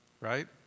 right